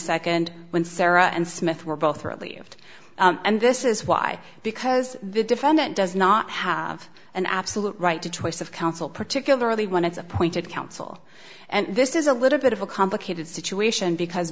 second when sarah and smith were both relieved and this is why because the defendant does not have an absolute right to choice of counsel particularly when it's appointed counsel and this is a little bit of a complicated situation because